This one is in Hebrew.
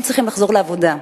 הם צריכים לחזור לעבודה.